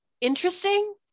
interesting